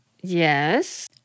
Yes